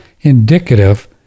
indicative